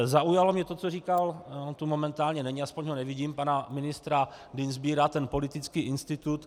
Zaujalo mě to, co říkal on tu momentálně není, aspoň ho nevidím, pana ministra Dienstbiera ten politický institut.